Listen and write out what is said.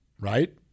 right